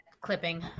clipping